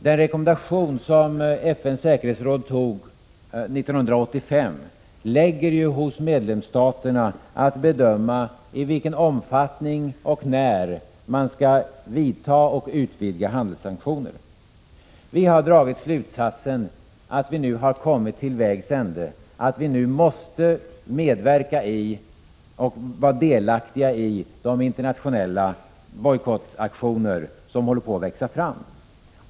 Den rekommendation som FN:s säkerhetsråd antog 1985 ger medlemsstaterna möjlighet att bedöma i vilken omfattning och när de skall vidta och utvidga handelssanktioner. Vi har dragit slutsatsen att vi nu har kommit till vägs ände och att vi nu måste medverka i och vara delaktiga i de internationella bojkottaktioner som håller på att växa fram.